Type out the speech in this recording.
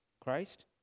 Christ